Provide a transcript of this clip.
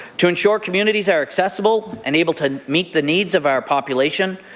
to ensure communities are accessible and able to meet the needs of our population,